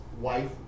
wife